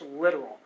literal